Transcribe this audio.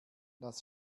das